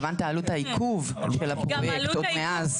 התכוונת עלות העיכוב של הפרויקט עוד מאז,